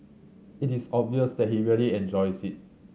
it is obvious that he really enjoys it